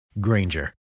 Granger